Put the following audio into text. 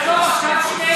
אתה מוכן שנחתום עכשיו שנינו,